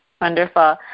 Wonderful